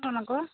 অঁ তোন আকৌ